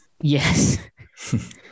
yes